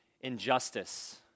injustice